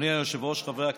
אדוני היושב-ראש, חברי הכנסת,